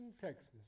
Texas